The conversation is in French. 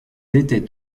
étaient